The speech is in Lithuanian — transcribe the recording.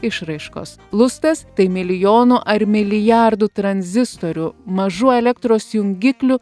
išraiškos lustas tai milijono ar milijardų tranzistorių mažų elektros jungiklių